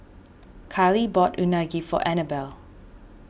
Kylee bought Unagi for Anabel